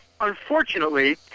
unfortunately